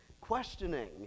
Questioning